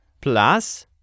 plus